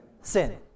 Sin